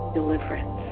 deliverance